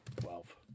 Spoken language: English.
Twelve